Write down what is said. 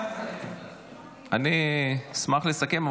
אני אשמח לסכם.